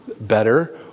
better